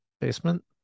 basement